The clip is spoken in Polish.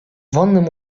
wonnym